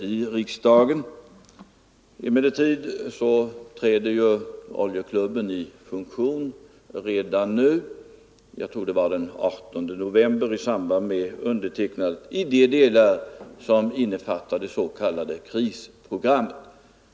Emellertid träder oljeklubben i funktion redan nu — jag tror det var den 18 november undertecknandet skedde —- i de delar som innefattar det s.k. krisprogrammet.